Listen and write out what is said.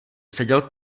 seděl